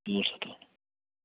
بوٗزتھٕ